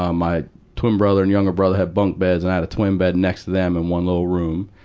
um my twin brother and younger brother had bunk beds, and i had a twin bed next to them in one little room.